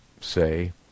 say